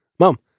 Mom